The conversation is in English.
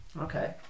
Okay